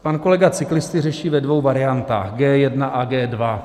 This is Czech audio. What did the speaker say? Pan kolega cyklisty řeší ve dvou variantách G1 a G2.